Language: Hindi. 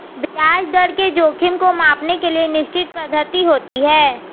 ब्याज दर के जोखिम को मांपने के लिए निश्चित पद्धति होती है